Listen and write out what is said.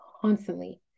constantly